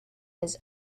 his